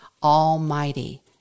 Almighty